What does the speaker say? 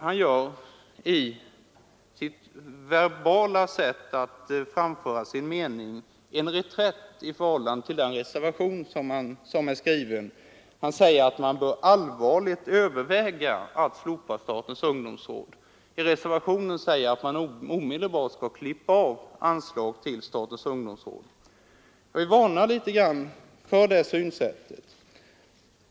Han gör i sitt verbala sätt att framföra sin mening en reträtt i förhållande till den reservation som är skriven. Han säger att man allvarligt bör överväga att slopa statens ungdomsråd. Reservationen säger att man omedelbart skall klippa av anslag till statens ungdomsråd. Jag vill varna för det synsättet.